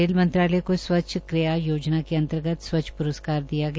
rail मंत्रालय को स्वच्छ क्रिया योजना के अंतर्गत स्वच्छ प्रस्कार दिया गया